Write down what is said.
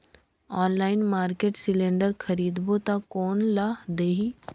Online market cylinder खरीदबो ता कोन ला देही?